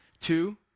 Two